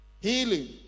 Healing